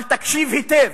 אבל תקשיב היטב.